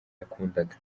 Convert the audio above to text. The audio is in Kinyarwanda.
yakundaga